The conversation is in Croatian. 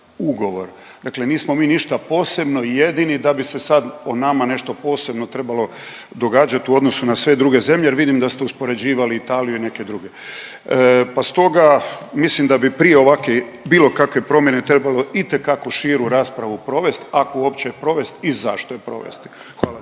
Dakle, nismo mi ništa posebno i jedini da bi se sad o nama nešto posebno trebalo događati u odnosu na sve druge zemlje jer vidim da ste uspoređivali Italiju i neke druge. Pa stoga mislim da bi prije ovakve bilo kakve promjene trebalo itekako širu raspravu provest ako uopće je provesti i zašto je provesti. Hvala